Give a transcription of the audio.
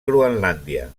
groenlàndia